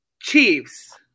Chiefs